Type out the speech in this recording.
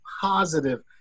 positive